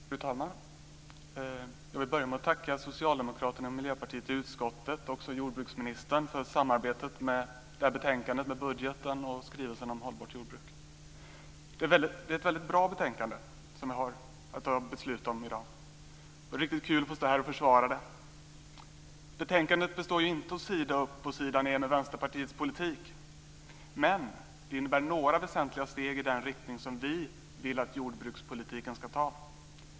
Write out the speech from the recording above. Fru talman! Jag vill börja med att tacka Socialdemokraterna och Miljöpartiet i utskottet och även jordbruksministern för samarbetet med betänkandet, budgeten och skrivelsen om ett hållbart jordbruk. Det är ett väldigt bra betänkande som vi har att fatta beslut om i dag. Det är riktigt kul att få stå här och försvara det. Betänkandet består ju inte av sida upp och sida ned av Vänsterpartiets politik, men det innebär några väsentliga steg i den riktning som vi vill att jordbrukspolitiken ska ta.